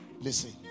Listen